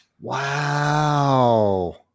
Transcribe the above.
Wow